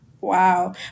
wow